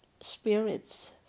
spirits